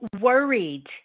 worried